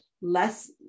less